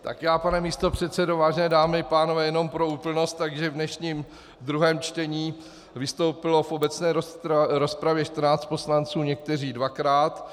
Tak já, pane místopředsedo, vážené dámy, pánové, jenom pro úplnost: V dnešním druhém čtení vystoupilo v obecné rozpravě 14 poslanců, někteří dvakrát.